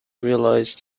realised